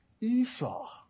Esau